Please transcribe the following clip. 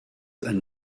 and